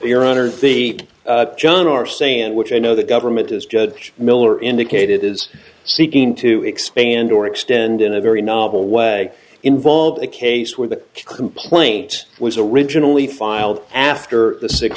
the john are saying which i know the government is judge miller indicated is seeking to expand or extend in a very novel way involved a case where the complaint was originally filed after the six